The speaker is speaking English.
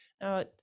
Now